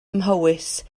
mhowys